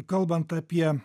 kalbant apie